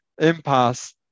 impasse